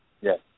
Yes